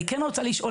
אני כן רוצה לשאול,